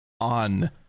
on